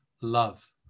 love